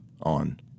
on